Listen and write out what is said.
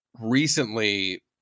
recently